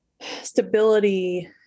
stability